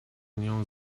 nią